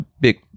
big